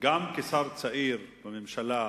גם כשר צעיר בממשלה,